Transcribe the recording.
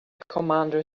commander